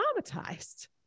traumatized